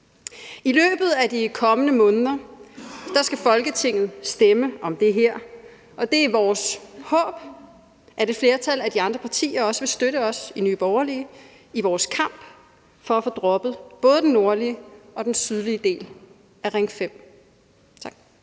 I løbet af de kommende måneder skal Folketinget stemme om det her, og det er vores håb, at et flertal af de andre partier vil støtte os i Nye Borgerlige i vores kamp for at få droppet både den nordlige og den sydlige del af Ring 5.